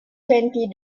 twenty